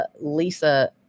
Lisa